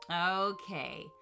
Okay